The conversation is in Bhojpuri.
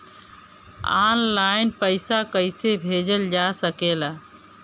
आन लाईन पईसा कईसे भेजल जा सेकला?